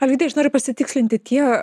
alvydai aš noriu pasitikslinti tie